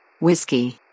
Whiskey